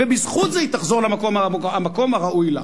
ובזכות זה היא תחזור למקום הראוי לה.